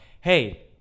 hey